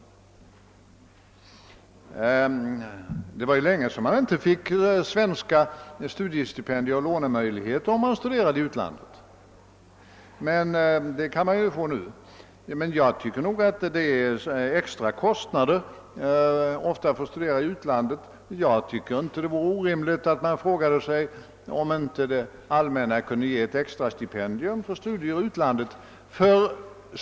Det är nu länge sedan man inte fick svenska studiestipendier och lånemöjligheter, om man studerade i utlandet, vilket man nu erhåller. Det är emellertid ofta extra kostnader förenade med studier i utlandet. Det vore därför enligt min mening inte orimligt att det allmänna övervägde att ge högre stipendier för studier i utlandet.